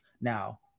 Now